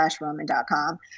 Roman.com